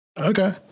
okay